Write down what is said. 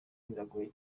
biragoye